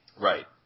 Right